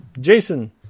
Jason